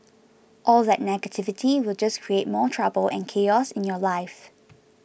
all that negativity will just create more trouble and chaos in your life